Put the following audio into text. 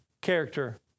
character